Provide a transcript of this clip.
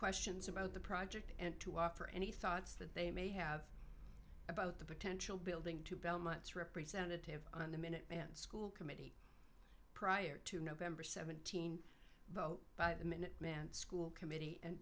questions about the project and to offer any thoughts that they may have about the potential building to belmont's representative on the minuteman school committee prior to november seventeenth vote by the minuteman school committee and